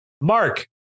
Mark